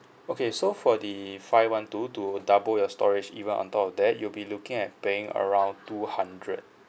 okay so for the five one two to double your storage even on top of that you'll be looking at paying around two hundred